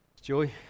Joy